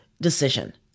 decision